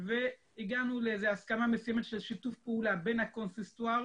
והגענו לאיזה הסכמה מסוימת של שיתוף פעולה בין הקונסיסטואר